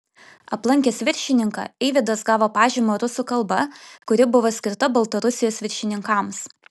aplankęs viršininką eivydas gavo pažymą rusų kalba kuri buvo skirta baltarusijos viršininkams